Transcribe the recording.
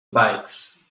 bikes